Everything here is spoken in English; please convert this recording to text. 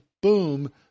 boom